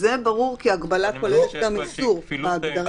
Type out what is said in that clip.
זה ברור, כי הגבלה כוללת גם איסור בהגדרה.